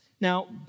Now